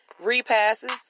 repasses